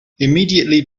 immediately